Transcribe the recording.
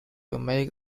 make